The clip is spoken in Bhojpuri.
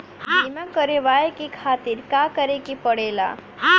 बीमा करेवाए के खातिर का करे के पड़ेला?